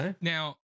Now